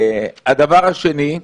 הדבר השני,